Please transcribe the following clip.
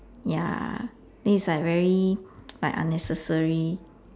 ya then it's like very like unnecessary